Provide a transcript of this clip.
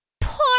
Poor